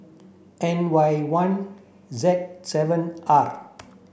N Y one Z seven R